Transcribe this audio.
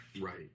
Right